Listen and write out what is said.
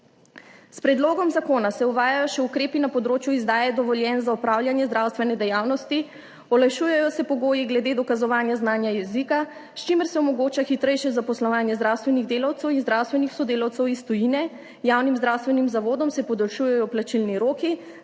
S Predlogom zakona se uvajajo še ukrepi na področju izdaje dovoljenj za opravljanje zdravstvene dejavnosti, olajšujejo se pogoji glede dokazovanja znanja jezika, s čimer se omogoča hitrejše zaposlovanje zdravstvenih delavcev in zdravstvenih sodelavcev iz tujine, javnim zdravstvenim zavodom se podaljšujejo plačilni roki,